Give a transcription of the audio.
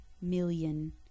million